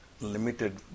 limited